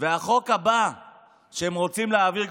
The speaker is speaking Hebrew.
והחוק הבא שהם רוצים להעביר,